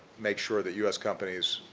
make sure that u s. companies,